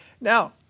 Now